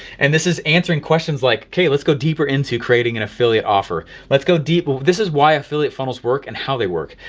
and this is answering questions like okay, let's go deeper into creating an affiliate offer. let's go deep with this is why affiliate funnels work and how they work.